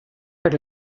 per